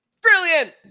Brilliant